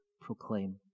proclaim